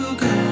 go